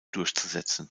durchzusetzen